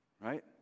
right